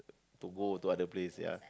to go to other place ya